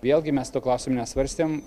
vėlgi mes to klausimo nesvarstėm